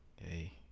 hey